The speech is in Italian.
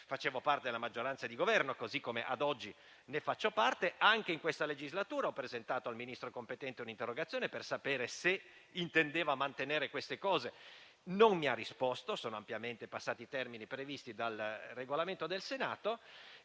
facevo parte della maggioranza di Governo, così come ad oggi ne faccio parte. Anche in questa legislatura ho presentato al Ministro competente un'interrogazione per sapere se intendeva mantenere queste cose, ma non mi ha risposto e sono ampiamente passati i termini previsti dal Regolamento del Senato.